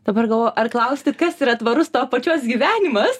dabar galvoju ar klausti kas yra tvarus tavo pačios gyvenimas